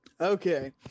Okay